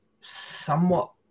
somewhat